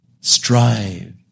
Strive